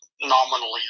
nominally